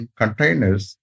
containers